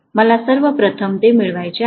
मला सर्व प्रथम ते मिळवायचे आहे